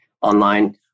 online